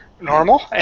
normal